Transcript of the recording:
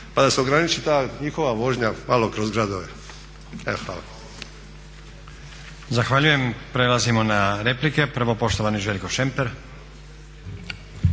Pa da se ograniči ta njihova vožnja malo kroz gradove. Evo